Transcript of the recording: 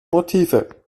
motive